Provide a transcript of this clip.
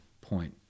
point